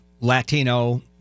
Latino